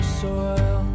soil